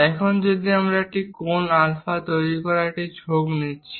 এখন যদি আমরা একটি কোণ আলফা তৈরির একটি ঝোঁক অংশ নিচ্ছি